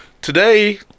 Today